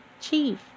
chief